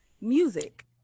Music